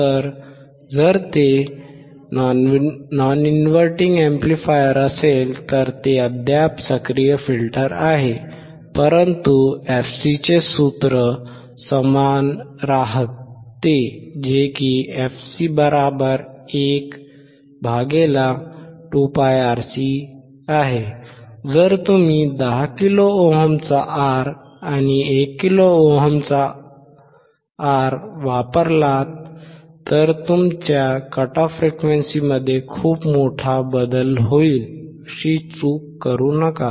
तर जर ते नॉन इनव्हर्टिंग अॅम्प्लिफायर असेल तर ते अद्याप सक्रिय फिल्टर आहे परंतु fc चे सूत्र समान राहते fc12πRC जर तुम्ही 10 किलो ओमचा R आणि 1 किलो ओहमचा R वापरलात तर तुमच्या कट ऑफ फ्रिक्वेंसीमध्ये खूप मोठा बदल होईल अशी चूक करू नका